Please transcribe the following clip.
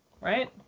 right